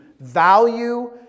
value